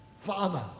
Father